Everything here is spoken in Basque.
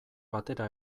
batera